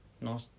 Nice